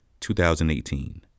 2018